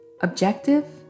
objective